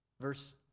verse